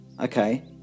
okay